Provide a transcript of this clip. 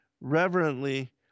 reverently